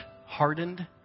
hardened